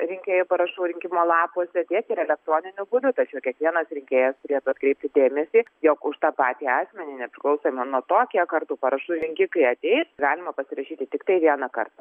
rinkėjų parašų rinkimo lapuose ties ir elektroniniu būdu tačiau kiekvienas rinkėjas turėtų atkreipti dėmesį jog už tą patį asmenį nepriklausomai nuo to kiek kartų parašų rinkikai ateis galima pasirašyti tiktai vieną kartą